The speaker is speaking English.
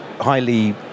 highly